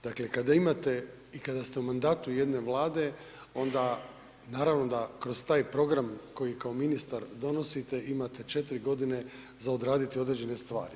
Dakle, kada imate i kada ste u mandatu jedne vlade onda naravno da kroz taj program koji kao ministar donosite imate četiri godine za odraditi određene stvari.